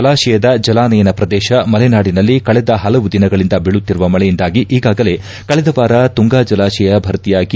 ಜಲಾಶಯದ ಜಲಾನಯನ ಪ್ರದೇಶ ಮಲೆನಾಡಿನಲ್ಲಿ ಕಳೆದ ಹಲವು ದಿನಗಳಿಂದ ಬೀಳುತ್ತಿರುವ ಮಳೆಯಿಂದಾಗಿ ಈಗಾಗಲೇ ಕಳೆದ ವಾರ ತುಂಗ ಜಲಾಶಯ ಭರ್ತಿಯಾಗಿ